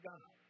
God